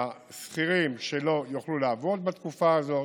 לשכירים שלא יוכלו לעבוד בתקופה הזאת,